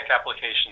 applications